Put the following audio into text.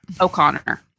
O'Connor